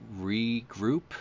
regroup